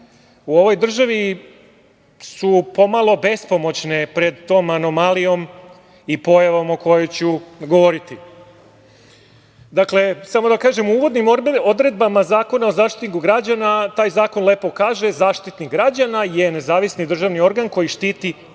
u ovoj državi su pomalo bespomoćne pred tom anomalijom i pojavom o kojoj ću govoriti. Dakle, samo da kažem, uvodnim odredbama Zakona o Zaštitniku građana, taj zakon lepo kaže - Zaštitnik građana je nezavisni državni organ koji štiti